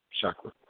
chakra